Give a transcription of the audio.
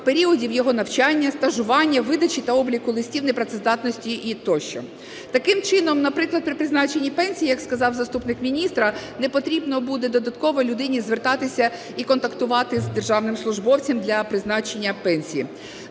періодів його навчання, стажування, видачі та обліку листів непрацездатності тощо. Таким чином, наприклад, при призначенні пенсії, як сказав заступник міністра, не потрібно буде додатково людині звертатися і контактувати з державним службовцем для призначення пенсії.